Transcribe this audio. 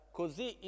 così